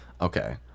Okay